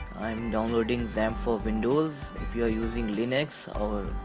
i'm downloading xampp for windows if you are using linux or